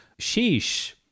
Sheesh